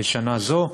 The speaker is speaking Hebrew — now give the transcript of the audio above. שנה זו,